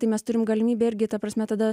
tai mes turim galimybę irgi ta prasme tada